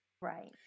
Right